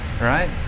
Right